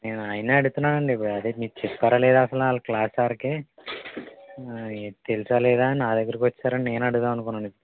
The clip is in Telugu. నేను ఆయన్నే అడుగుతున్నానండి అదే మీరు చెప్పారా లేదా అసలా ఆల క్లాస్ సార్కి తెలుసా లేదా నా దగ్గరికి వచ్చారని నేనడుగుదామనుకున్నాను ఇప్పుడు